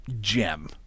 gem